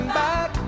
back